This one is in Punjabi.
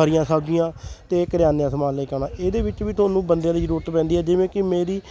ਹਰੀਆਂ ਸਬਜ਼ੀਆਂ ਅਤੇ ਕਰਿਆਨੇ ਸਮਾਨ ਲੈ ਕੇ ਆਉਣਾ ਇਹਦੇ ਵਿੱਚ ਵੀ ਤੁਹਾਨੂੰ ਬੰਦਿਆਂ ਦੀ ਜ਼ਰੂਰਤ ਪੈਂਦੀ ਹੈ ਜਿਵੇਂ ਕਿ ਮੇਰੀ